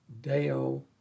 deo